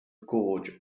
gorge